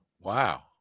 Wow